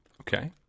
Okay